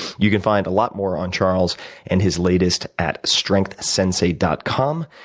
you can find a lot more on charles and his latest at strengthsensei dot com.